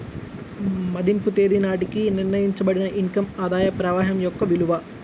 మదింపు తేదీ నాటికి నిర్ణయించబడిన ఇన్ కమ్ ఆదాయ ప్రవాహం యొక్క విలువ